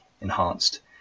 enhanced